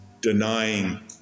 denying